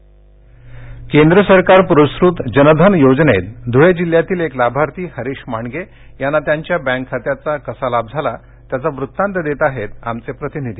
voice cast Jan Dhan Jan Dhan योजनेत धुळे जिल्ह्यातील एक लाभार्थी हरीश मांडगे यांना त्यांच्या बँक खात्याचा कसा लाभ झाला त्यांचा वृत्तांत देत आहेत आमचे प्रतिनिधी